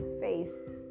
faith